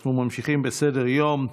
אנחנו ממשיכים בסדר-היום: